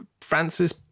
Francis